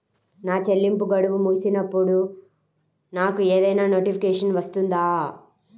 నా చెల్లింపు గడువు ముగిసినప్పుడు నాకు ఏదైనా నోటిఫికేషన్ వస్తుందా?